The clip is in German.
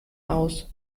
aus